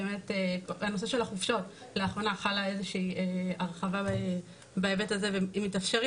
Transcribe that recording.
בנושא של החופשות לאחרונה חלה איזוהי הרחבה בהיבט הזה והן מתאפשרות.